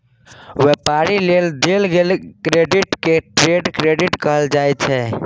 व्यापार लेल देल गेल क्रेडिट के ट्रेड क्रेडिट कहल जाइ छै